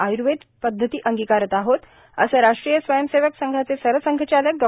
आय्र्वेद पद्धती अंगीकारत आहोत असं राष्ट्रीय स्वयंसेवक संघाचे सरसंघचालक डॉ